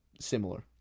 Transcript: similar